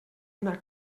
una